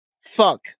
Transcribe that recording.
Fuck